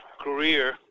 career